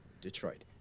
Detroit